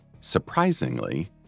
Surprisingly